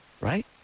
right